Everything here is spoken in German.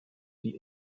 die